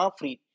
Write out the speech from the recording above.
free